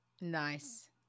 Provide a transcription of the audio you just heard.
Nice